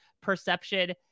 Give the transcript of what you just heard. perception